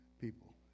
people